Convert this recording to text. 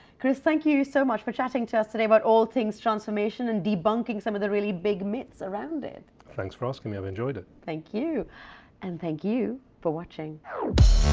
chris, thank you so much for chatting to us today about all things transformation and debunking some of the really big myths around it. thanks for asking me, i've enjoyed it. thank you and thank you for watching.